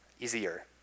easier